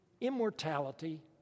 immortality